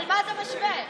מה אתה משווה?